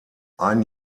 ein